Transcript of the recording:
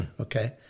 Okay